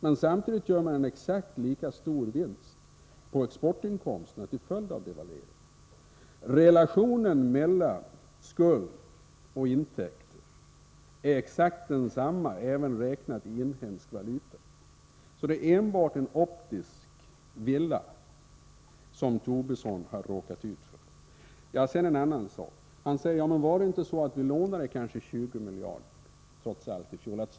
Men samtidigt gör företaget, till följd av devalveringen, en precis lika stor vinst på exportinkomsterna. Relationen mellan skuld och intäkter är exakt densamma, även räknat i inhemsk valuta. Det är enbart en optisk villa som Tobisson har råkat ut för. Lars Tobisson ställde frågan om inte staten i fjol trots allt lånade 20 miljarder. Jo, det gjorde vi.